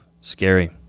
Scary